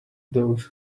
those